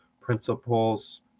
principles